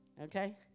Okay